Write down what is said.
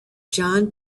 john